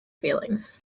feelings